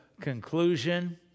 conclusion